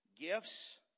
Gifts